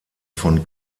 von